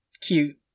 cute